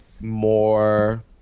more